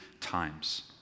times